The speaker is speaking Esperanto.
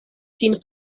ŝin